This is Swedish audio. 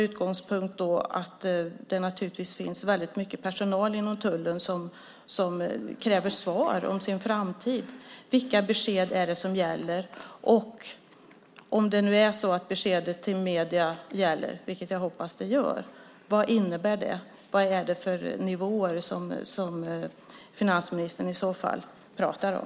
Utgångspunkten är att det finns mycket personal inom tullen som kräver svar om sin framtid. Vilka besked är det som gäller? Om det är beskedet till medierna som gäller - vilket jag hoppas - vad innebär då det? Vad är det för nivåer som finansministern i så fall pratar om?